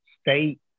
state